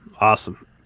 awesome